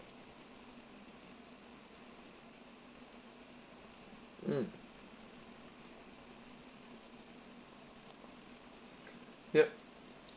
mm yup